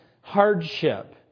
hardship